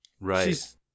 right